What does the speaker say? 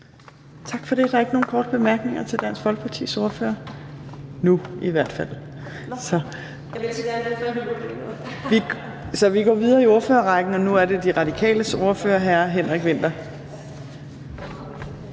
Tak for det. Der er ikke nogen korte bemærkninger til Dansk Folkepartis ordfører – lige nu i hvert fald. Så vi går videre i ordførerrækken, og nu er det De Radikales ordfører, hr. Henrik Vinther.